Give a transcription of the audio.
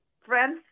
friends